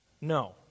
no